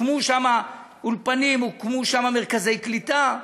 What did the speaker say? הוקמו שם אולפנים, הוקמו שם מרכזי קליטה.